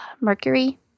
Mercury